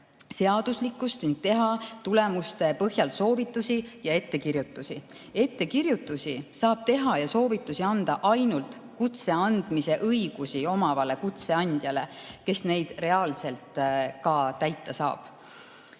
seaduslikkust ning teha tulemuste põhjal soovitusi ja ettekirjutusi. Ettekirjutusi saab teha ja soovitusi anda ainult kutse andmise õigusi omavale kutseandjale, kes neid reaalselt ka täita saab.